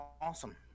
awesome